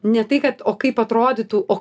ne tai kad o kaip atrodytų o